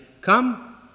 come